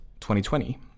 2020